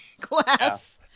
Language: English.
class